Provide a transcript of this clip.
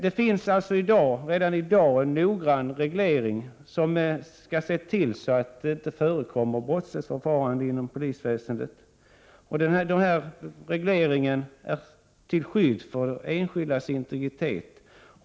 Redan i dag finns alltså noggrann reglering för att se till att brottsligt förfarande inom polisväsendet inte förekommer. Regleringen är till skydd för enskildas integritet.